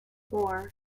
moore